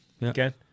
again